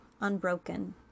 unbroken